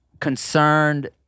concerned